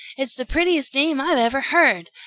it's the prettiest name i've ever heard.